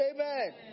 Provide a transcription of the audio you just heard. Amen